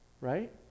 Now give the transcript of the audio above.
Right